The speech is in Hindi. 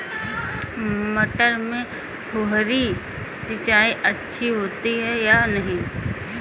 मटर में फुहरी सिंचाई अच्छी होती है या नहीं?